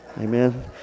amen